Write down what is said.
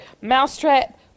mousetrap